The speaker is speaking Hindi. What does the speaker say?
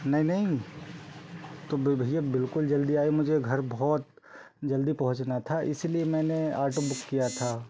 नहीं नहीं तो भैया बिल्कुल जल्दी आइए मुझे घर बहुत जल्दी पहुँचना था इसीलिए मैंने आटो बुक किया था